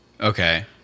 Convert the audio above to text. Okay